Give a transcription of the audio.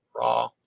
raw